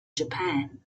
japan